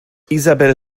isabel